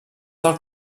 del